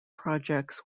projects